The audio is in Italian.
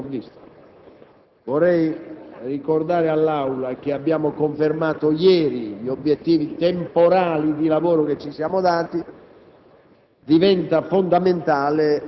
Vorrei ricordare all'Assemblea che abbiamo confermato ieri gli obiettivi temporali di lavoro che ci siamo dati.